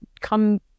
come